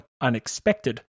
unexpected